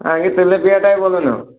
আগে তেলাপিয়াটাই বলো না